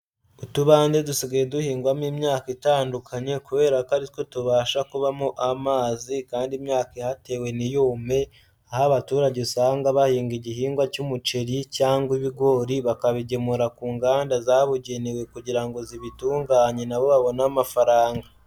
Utubande dusigaye duhingwamo imyaka itandukanye kubera ko ari two tubasha kubamo amazi kandi imyaka ihatewe ntiyume, aho abaturage usanga bahinga igihingwa cy'umuceri cyangwa ibigori bakabigemura ku nganda zabugenewe kugira ngo zibitunganye nabo babone amafaranga.